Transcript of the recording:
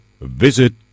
visit